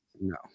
No